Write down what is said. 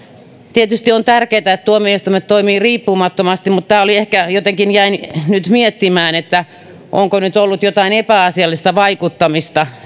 tietysti on tärkeätä että tuomioistuimet toimivat riippumattomasti mutta ehkä jotenkin jäin nyt miettimään että onko nyt ollut ministerin mielestä jotain epäasiallista vaikuttamista